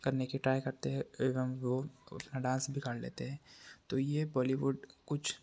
करने कि ट्राई करते हैं एवं वो डांस भी कर लेते हैं तो ये बौलीवुड कुछ